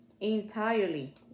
entirely